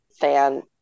fan